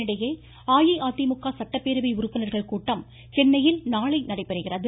இதனிடையே அஇஅதிமுக சட்டப்பேரவை உறுப்பினர்கள் கூட்டம் சென்னையில் நாளை நடைபெறுகிறது